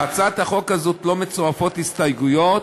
להצעת החוק הזאת לא מצורפות הסתייגויות,